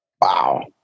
Wow